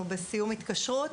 בסיום התקשרות.